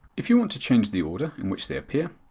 if you want to change the order in which they appear,